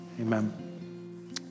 Amen